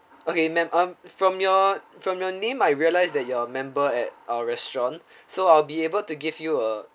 okay ma'am um from your from your name I realise that you are a member at our restaurant so I'll be able to give you a